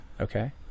Okay